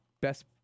best